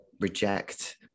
reject